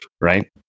Right